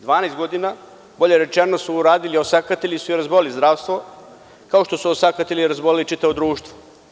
Dvanaest godina, bolje rečeno, uradili su - osakatili su i razboleli zdravstvo, kao što su osakatili i razboleli čitavo društvo.